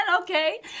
Okay